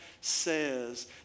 says